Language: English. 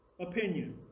opinion